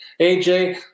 AJ